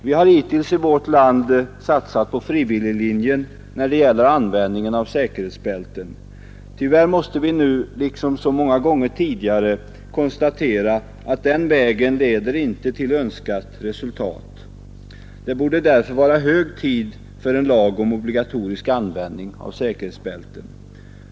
Vi har hittills i vårt land satsat på frivilliglinjen när det gäller användningen av säkerhetsbälten. Tyvärr måste vi nu, liksom så många gånger tidigare, konstatera att den vägen inte leder till önskvärt resultat. Det borde därför vara hög tid för en lag om obligatorisk användning av säkerhetsbälten.